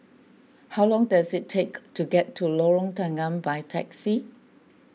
how long does it take to get to Lorong Tanggam by taxi